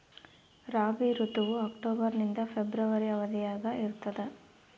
ರಾಬಿ ಋತುವು ಅಕ್ಟೋಬರ್ ನಿಂದ ಫೆಬ್ರವರಿ ಅವಧಿಯಾಗ ಇರ್ತದ